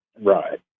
Right